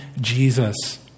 Jesus